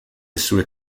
sue